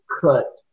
cut